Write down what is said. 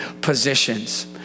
positions